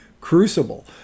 crucible